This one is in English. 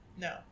no